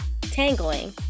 tangling